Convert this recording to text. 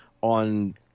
On